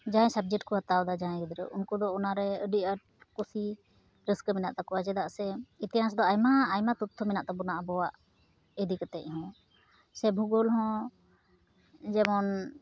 ᱡᱟᱦᱟᱸᱭ ᱥᱟᱵᱽᱡᱮᱠᱴᱠᱚ ᱦᱟᱛᱟᱣᱫᱟ ᱡᱟᱦᱟᱸᱭ ᱜᱤᱫᱽᱨᱟᱹ ᱩᱱᱠᱚᱫᱚ ᱚᱱᱟᱨᱮ ᱟᱹᱰᱤᱼᱟᱴ ᱠᱩᱥᱤ ᱨᱟᱹᱥᱠᱟᱹ ᱢᱮᱱᱟᱜ ᱛᱟᱠᱚᱣᱟ ᱪᱮᱫᱟᱜ ᱥᱮ ᱤᱛᱤᱦᱟᱸᱥ ᱫᱚ ᱟᱭᱢᱟ ᱟᱭᱢᱟ ᱛᱚᱛᱛᱷᱚ ᱢᱮᱱᱟᱜ ᱛᱟᱵᱚᱱᱟ ᱟᱵᱚᱣᱟᱜ ᱤᱫᱤ ᱠᱟᱛᱮ ᱦᱚᱸ ᱥᱮ ᱵᱷᱩᱜᱳᱞ ᱦᱚᱸ ᱡᱮᱢᱚᱱ